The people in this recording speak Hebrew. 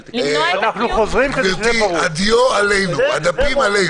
גברתי, הדיו עלינו, הדפים עלינו.